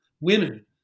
women